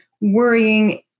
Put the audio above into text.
worrying